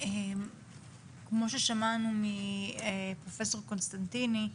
כמו ששמענו מפרופסור קונסטנטיני,